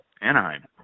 Anaheim